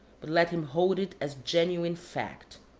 but let him hold it as genuine fact.